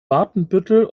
watenbüttel